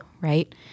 right